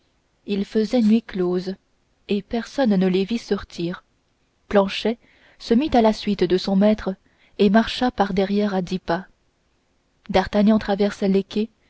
il faisait nuit close et personne ne les vit sortir planchet se mit à la suite de son maître et marcha par-derrière à dix pas d'artagnan traversa les quais